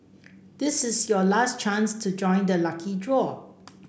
this is your last chance to join the lucky draw